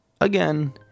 Again